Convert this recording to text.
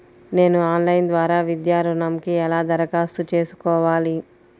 నేను ఆన్లైన్ ద్వారా విద్యా ఋణంకి ఎలా దరఖాస్తు చేసుకోవాలి?